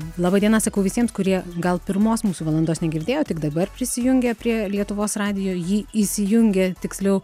laba diena sakau visiems kurie gal pirmos mūsų valandos negirdėjo tik dabar prisijungė prie lietuvos radijo jį įsijungė tiksliau